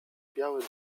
biały